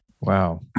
Wow